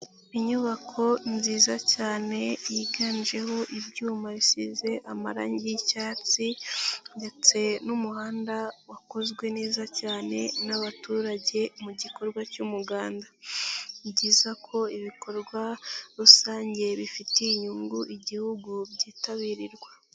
Inyubako nziza cyane yiganjeho ibyuma bisize amarangi y'icyatsi ndetse n'umuhanda wakozwe neza cyane n'abaturage mu gikorwa cy'umuganda, ni byiza ko ibikorwa rusange bifitiye inyungu igihugu byitabirirwa.